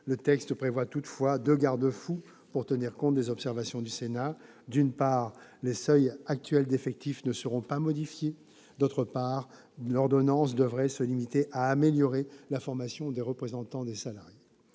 Le texte prévoit toutefois deux garde-fous pour tenir compte des observations du Sénat : d'une part, les seuils actuels d'effectifs ne seront pas modifiés ; d'autre part, l'ordonnance devra se limiter à améliorer la formation des représentants des salariés.